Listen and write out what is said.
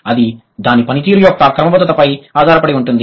అది దాని పనితీరు యొక్క క్రమబద్ధతపై ఆధారపడి ఉంటుంది